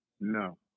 No